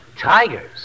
Tigers